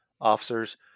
officers